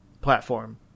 platform